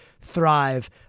thrive